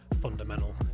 fundamental